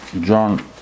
john